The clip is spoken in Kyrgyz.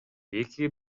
экиге